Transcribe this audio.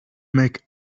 make